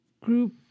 group